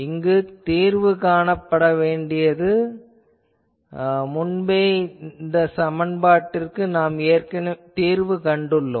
இது தீர்வு காணப்பட வேண்டியது ஆனால் முன்பே இந்த சமன்பாட்டிற்கு நாம் ஏற்கனவே தீர்வு கண்டுள்ளோம்